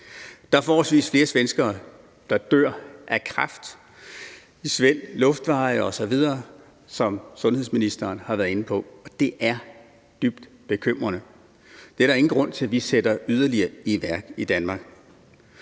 Der er forholdsvis flere svenskere, der dør af kræft i svælg, luftveje osv., som sundhedsministeren har været inde på, og det er dybt bekymrende. Der er der ingen grund til at vi sætter yderligere i værk i Danmark.